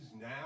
now